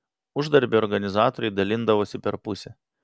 uždarbį organizatoriai dalindavosi per pusę